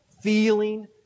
feeling